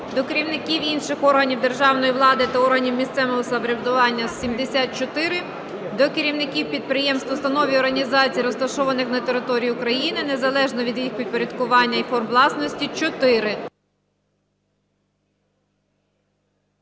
до керівників інших органів державної влади та органів місцевого самоврядування – 74; до керівників підприємств, установ і організацій розташованих на території України незалежно від їх підпорядкування і форм власності – 4.